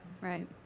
Right